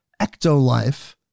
Ectolife